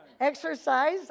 Exercise